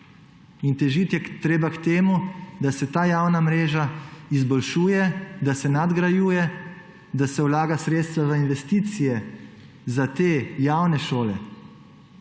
In težiti je treba k temu, da se ta javna mreža izboljšuje, da se nadgrajuje, da se vlaga sredstva v investicije za te javne šole